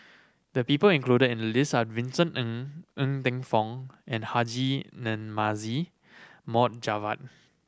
the people included in the list are Vincent Ng Ng Teng Fong and Haji Namazie Mohd Javad